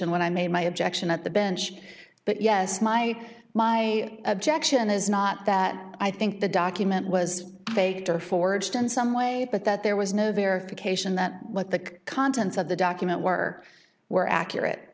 n when i made my objection at the bench but yes my my objection is not that i think the document was faked or forged in some way but that there was no verification that what the contents of the document work were